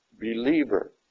believer